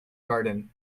garden